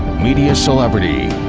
media celebrity.